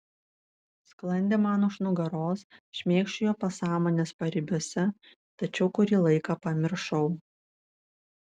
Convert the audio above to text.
sklandė man už nugaros šmėkščiojo pasąmonės paribiuose tačiau kurį laiką pamiršau